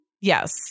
Yes